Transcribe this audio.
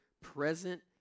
present